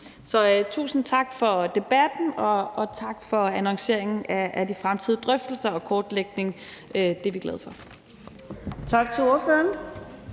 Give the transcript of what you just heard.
Så tusind tak for debatten, og tak for annonceringen af de fremtidige drøftelser og kortlægning. Det er vi glade for. Kl. 19:01 Fjerde